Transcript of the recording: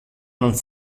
non